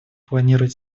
планирует